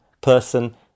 person